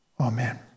Amen